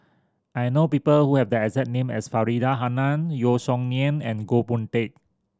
I know people who have the exact name as Faridah Hanum Yeo Song Nian and Goh Boon Teck